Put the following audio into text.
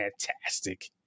fantastic